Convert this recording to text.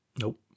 Nope